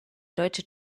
deutsche